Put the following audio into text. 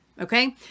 Okay